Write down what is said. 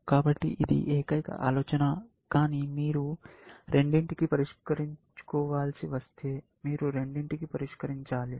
కాబట్టి ఇది ఏకైక ఆలోచన కానీ మీరు రెండింటికీ పరిష్కరించుకోవలసి వస్తే మీరు రెండింటికీ పరిష్కరించాలి